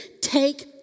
take